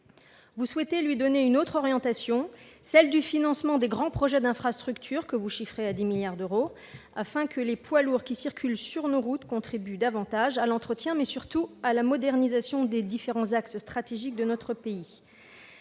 Vous souhaitez lui donner une autre orientation, le financement des grands projets d'infrastructures, que vous chiffrez à 10 milliards d'euros, afin que les poids lourds circulant sur nos routes contribuent davantage à l'entretien et, surtout, à la modernisation des différents axes stratégiques de notre pays.